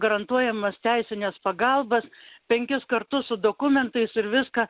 garantuojamos teisinės pagalbos penkis kartus su dokumentais ir viską